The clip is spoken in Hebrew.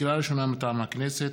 לקריאה ראשונה, מטעם הכנסת: